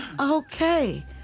okay